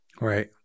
right